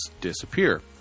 disappear